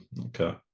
okay